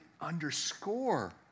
underscore